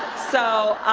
so,